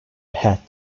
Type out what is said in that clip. hat